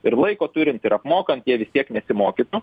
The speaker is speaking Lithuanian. ir laiko turint ir apmokant jie vis tiek nesimokytų